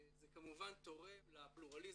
זה כמובן תורם לפלורליזם,